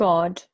God